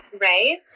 Right